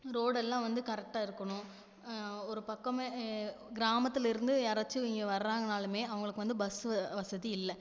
ரோடெல்லாம் வந்து கரெக்டாக இருக்கணும் ஒரு பக்கமே எ கிராமத்தில் இருந்து யாராச்சும் இங்கே வர்றாங்கனாலுமே அவங்களுக்கு வந்து பஸ்ஸு வ வசதி இல்லை